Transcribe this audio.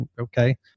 okay